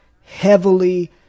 heavily